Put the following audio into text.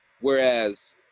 Whereas